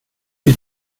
die